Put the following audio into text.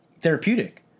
therapeutic